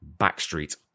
Backstreet